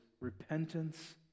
repentance